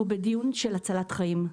הוא דיון של הצלת חיים.